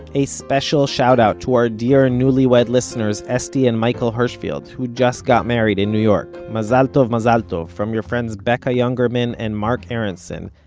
a special shout out to our dear and newlywed listeners esty and michael hershfield, who just got married in new york. mazal tov mazal tov, from your friends becca youngerman and mark aronson,